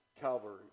Calvary